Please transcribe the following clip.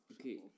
Okay